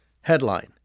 Headline